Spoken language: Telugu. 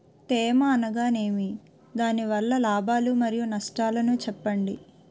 తేమ అనగానేమి? దాని వల్ల లాభాలు మరియు నష్టాలను చెప్పండి?